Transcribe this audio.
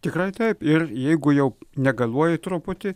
tikrai taip ir jeigu jau negaluoji truputį